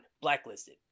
Blacklisted